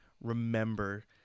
remember